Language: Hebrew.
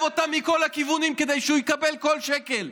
אותה מכל הכיוונים כדי שהוא יקבל כל שקל,